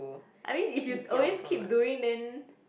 I mean if you always keep doing then